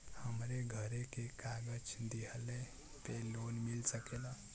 हमरे घरे के कागज दहिले पे लोन मिल सकेला?